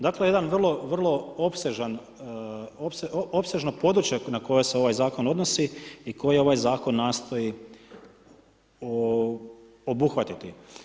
Dakle, jedan vrlo, vrlo opsežno područje na koje se ovaj zakon odnosi i koji ovaj zakon nastoji obuhvatiti.